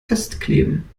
festkleben